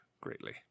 greatly